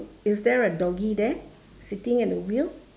is there a doggy there sitting at the wheel